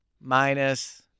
minus